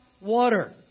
water